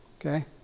Okay